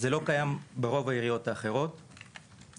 ברוב העיריות האחרות זה לא קיים.